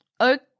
Okay